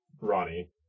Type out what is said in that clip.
Ronnie